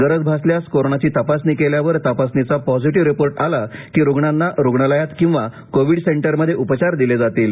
गरज भासल्यास कोरोनाची तपासणी केल्यावर तपासणीचा पॅझिटिव्ह रिपोर्ट आला की रुग्णांना रुग्णालयात किवा कोविड सेंटरमध्ये उपचार दिले जातील